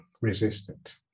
resistant